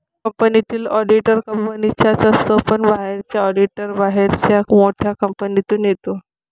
कंपनीतील ऑडिटर कंपनीचाच असतो पण बाहेरचा ऑडिटर बाहेरच्या मोठ्या कंपनीतून येतो